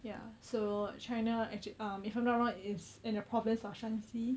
ya so china actual~ um if I'm not wrong it is in a province of 山西